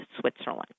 Switzerland